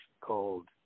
called